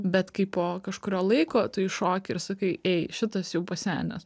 bet kai po kažkurio laiko tu įšoki ir sakai ei šitas jau pasenęs